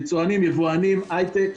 יצואנים, יבואנים, הייטק,